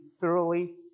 thoroughly